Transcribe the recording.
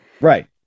right